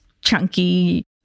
chunky